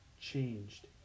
changed